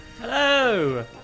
hello